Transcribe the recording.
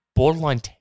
Borderline